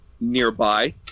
nearby